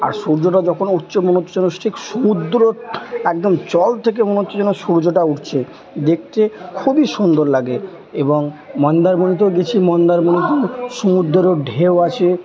আর সূর্যটা যখন উঠছে মনে হচ্ছে যেন ঠিক সমুদ্র একদম জল থেকে মনে হচ্ছে যেন সূর্যটা উঠছে দেখতে খুবই সুন্দর লাগে এবং মন্দারমণিতেও গেছি মন্দারমণির সমুদ্রর ঢেউ আছে